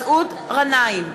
מסעוד גנאים,